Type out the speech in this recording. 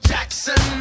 Jackson